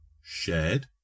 shared